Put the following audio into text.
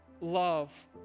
love